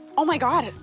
oh, my god,